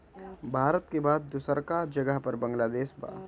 भारत के बाद दूसरका जगह पर बांग्लादेश बा